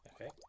Okay